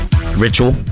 ritual